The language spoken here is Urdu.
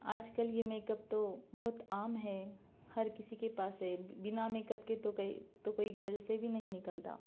آج کل یہ میک اپ تو بہت عام ہے ہر کسی کے پاس ہے بنا میک اپ کے تو کئی تو کوئی گھر سے بھی نہیں نکلتا